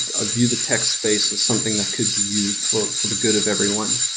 ah view the tech space as something that could be used for for the good of everyone.